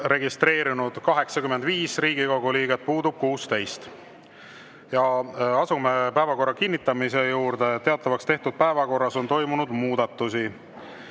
registreerunud 85 Riigikogu liiget, puudub 16. Asume päevakorra kinnitamise juurde. Teatavaks tehtud päevakorras on toimunud muudatusi.